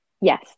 Yes